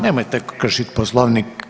Nemojte kršit Poslovnik.